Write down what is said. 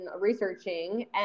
researching